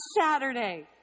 Saturday